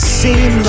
seem